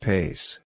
Pace